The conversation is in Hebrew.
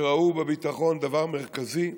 שראו בביטחון דבר מרכזי.